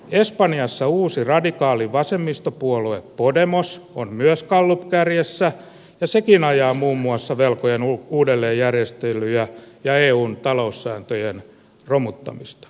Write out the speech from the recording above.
espanjassa uusi radikaali vasemmistopuolue puodemos on myös gallup kärjessä tässäkin ajaa muun muassa velkojen uudelleenjärjestelyjä ja eun taloussääntöjen romuttamista